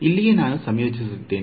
ಅಲ್ಲಿಯೇ ನಾನು ಸಂಯೋಜಿಸುತ್ತಿದ್ದೆ